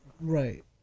Right